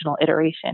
iteration